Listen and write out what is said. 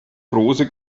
große